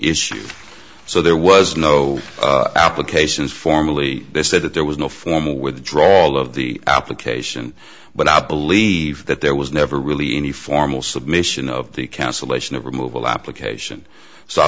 issue so there was no applications formally they said that there was no formal withdrawal of the application but i believe that there was never really any formal submission of the cancellation of removal application so i